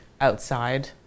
outside